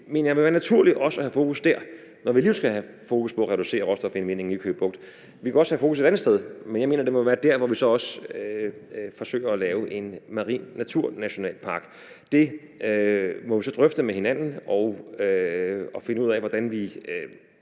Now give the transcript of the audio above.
og jeg mener, det må være naturligt også at have fokus der, når vi alligevel skal have fokus på at reducere råstofindvindingen i Køge Bugt. Vi kan også have fokus et andet sted, men jeg mener, at det må være der, hvor vi forsøger at lave en marin naturnationalpark. Det må vi så drøfte med hinanden og finde ud af hvordan vi